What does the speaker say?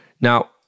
Now